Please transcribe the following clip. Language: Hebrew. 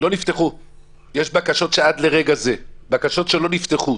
יש בקשות שעד לרגע זה לא נפתחו.